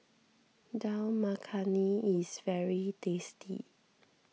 Dal Makhani is very tasty